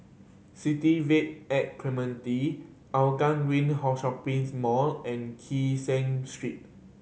City Vibe at Clementi Hougang Green Shopping's Mall and Kee Seng Street